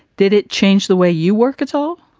did it change the way you work at all?